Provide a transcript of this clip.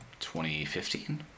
2015